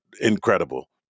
incredible